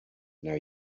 now